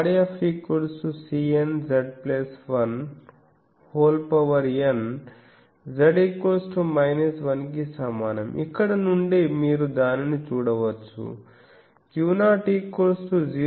│F│ Cn│Z1│N Z 1 కి సమానం ఇక్కడ నుండి మీరు దానిని చూడవచ్చుu0 0 కి సమానం అని చెప్పండి